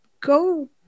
go